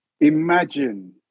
imagine